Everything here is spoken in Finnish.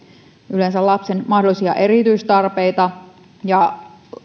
yleensä lapsen mahdollisia erityistarpeita